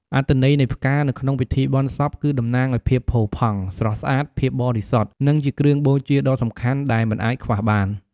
អត្ថន័យនៃផ្កានៅក្នុងពិធីបុណ្យសព គឺតំណាងឲ្យភាពផូរផង់ ស្រស់ស្អាត ភាពបរិសុទ្ធ និងជាគ្រឿងបូជាដ៏សំខាន់ដែលមិនអាចខ្វះបាន។